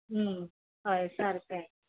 हय सारकें